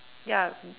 ya